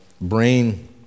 brain